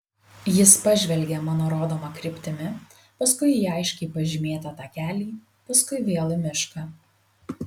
jis pažvelgė mano rodoma kryptimi paskui į aiškiai pažymėtą takelį paskui vėl į mišką